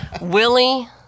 Willie